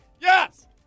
Yes